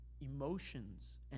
emotions